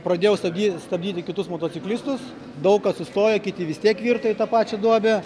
pradėjau stabdy stabdyti kitus motociklistus daug kas sustojo kiti vis tiek virto į tą pačią duobę